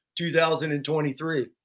2023